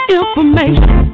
information